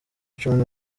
cumi